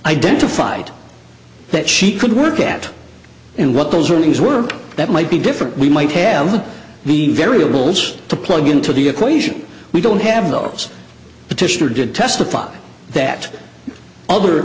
identified that she could work at and what those earnings were that might be different we might have the variables to plug into the equation we don't have those petitioner did testify that other